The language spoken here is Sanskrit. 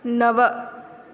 नव